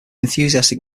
enthusiastic